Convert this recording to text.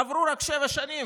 עברו רק שבע שנים,